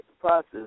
process